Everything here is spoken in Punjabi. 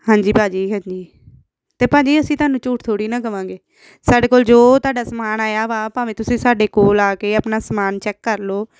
ਹਾਂਜੀ ਭਾਅ ਜੀ ਹਾਂਜੀ ਅਤੇ ਭਾਅ ਜੀ ਅਸੀਂ ਤੁਹਾਨੂੰ ਝੂਠ ਥੋੜ੍ਹੀ ਨਾ ਕਹਾਂਗੇ ਸਾਡੇ ਕੋਲ ਜੋ ਤੁਹਾਡਾ ਸਮਾਨ ਆਇਆ ਵਾ ਭਾਵੇਂ ਤੁਸੀਂ ਸਾਡੇ ਕੋਲ ਆ ਕੇ ਆਪਣਾ ਸਮਾਨ ਚੈੱਕ ਕਰ ਲਓ